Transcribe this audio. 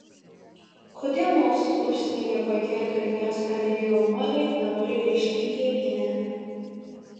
kodėl mokslus užsienyje baigę ir karjeras pradėję jaunuoliai nenori grįžti į tėvynę